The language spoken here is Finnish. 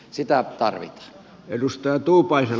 sitä tarvitaan